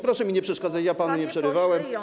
Proszę mi nie przeszkadzać, ja panu nie przerywałem.